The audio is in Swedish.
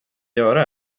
göra